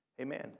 Amen